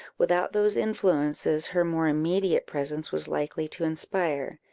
without those influences her more immediate presence was likely to inspire.